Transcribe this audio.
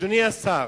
אדוני השר,